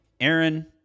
Aaron